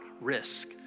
risk